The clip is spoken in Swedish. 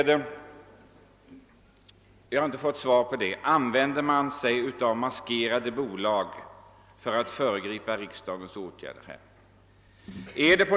Jag vill också fråga herr Olhede: Använder man sig av maskerade bolag för att här föregripa riksdagens åtgärder?